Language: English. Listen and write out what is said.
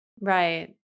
Right